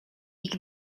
ich